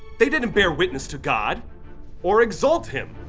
they didn't bear witness to god or exalt him.